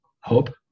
hope